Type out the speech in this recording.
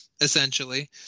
essentially